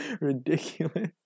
ridiculous